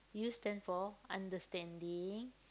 U stand for understanding